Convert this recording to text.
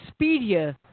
Expedia